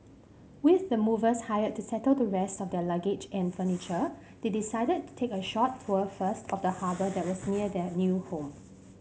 with the movers hired to settle the rest of their luggage and furniture they decided to take a short tour first of the harbour that was near their new home